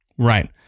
Right